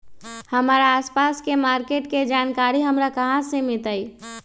हमर आसपास के मार्किट के जानकारी हमरा कहाँ से मिताई?